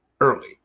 early